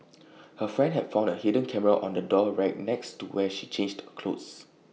her friend had found A hidden camera on the door rack next to where she changed clothes